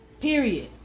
period